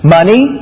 Money